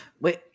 wait